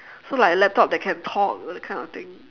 so like laptop that can talk that kind of thing